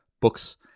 books